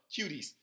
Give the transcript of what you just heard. cuties